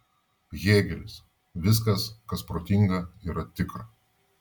hėgelis viskas kas protinga yra tikra